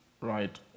right